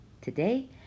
Today